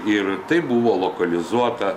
ir tai buvo lokalizuota